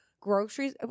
groceries